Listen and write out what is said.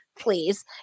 please